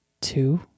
two